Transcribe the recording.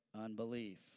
unbelief